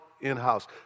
in-house